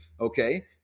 Okay